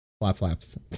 Flap-flaps